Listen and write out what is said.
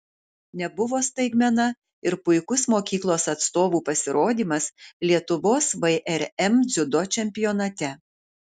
nebuvo staigmena ir puikus mokyklos atstovų pasirodymas lietuvos vrm dziudo čempionate